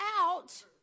out